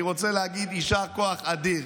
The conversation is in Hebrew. אני רוצה להגיד יישר כוח אדיר